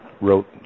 wrote